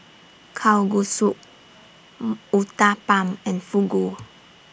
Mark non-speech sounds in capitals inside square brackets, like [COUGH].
Kalguksu [HESITATION] Uthapam and Fugu